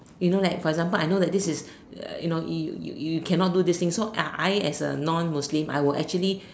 you know like for example I know that this is you know you yo you cannot do this thing so I as a non Muslim I will actually